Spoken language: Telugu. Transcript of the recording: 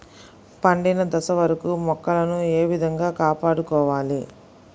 పండిన దశ వరకు మొక్కలను ఏ విధంగా కాపాడుకోవాలి?